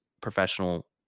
professional